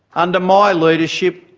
under my leadership,